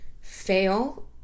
fail